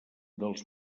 dels